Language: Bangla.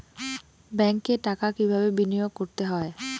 ব্যাংকে টাকা কিভাবে বিনোয়োগ করতে হয়?